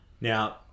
now